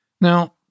Now